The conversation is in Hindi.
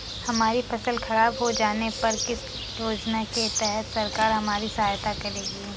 हमारी फसल खराब हो जाने पर किस योजना के तहत सरकार हमारी सहायता करेगी?